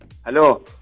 Hello